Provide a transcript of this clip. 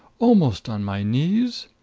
almost on my knees?